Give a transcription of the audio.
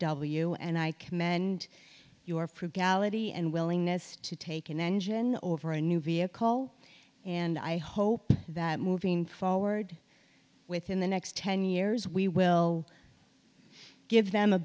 w and i commend your frugality and willingness to take an engine over a new vehicle and i hope that moving forward within the next ten years we will give them a